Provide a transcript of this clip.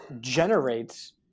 generates